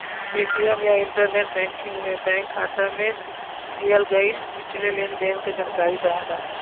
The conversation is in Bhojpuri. ए.टी.एम या इंटरनेट बैंकिंग में बैंक खाता में किहल गयल पिछले लेन देन क जानकारी रहला